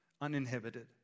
uninhibited